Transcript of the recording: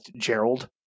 Gerald